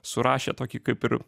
surašė tokį kaip ir